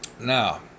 Now